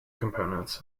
components